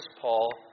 Paul